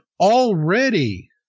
already